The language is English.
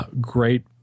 Great